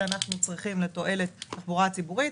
שאנחנו צריכים לתועלת התחבורה הציבורית.